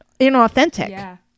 inauthentic